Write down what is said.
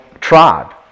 tribe